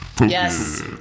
Yes